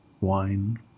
wine